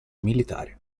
militare